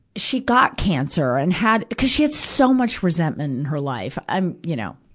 she got cancer and had cuz she had so much resentment in her life i'm, you know,